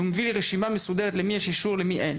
והוא מביא לי רשימה מסודרת למי יש אישור ולמי אין.